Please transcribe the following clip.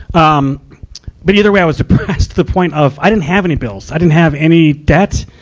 um but either way, i was depressed to the point of i didn't have any bills. i didn't have any debt.